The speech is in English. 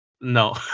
no